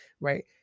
right